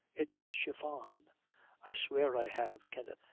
it's chiffon i swear i have, kenneth,